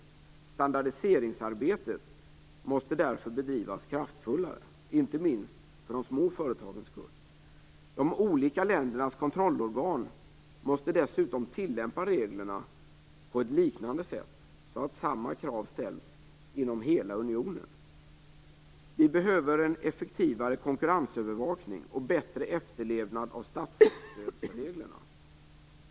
Standardiseringsarbetet måste därför bedrivas kraftfullare, inte minst för de små företagens skull. De olika ländernas kontrollorgan måste dessutom tillämpa reglerna på ett liknande sätt, så att samma krav ställs inom hela unionen. Vi behöver en effektivare konkurrensövervakning och bättre efterlevnad av statsstödsreglerna.